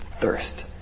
thirst